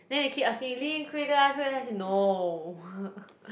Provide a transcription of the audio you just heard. then they keep asking Lee quit lah quit lah I say no